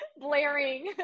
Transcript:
blaring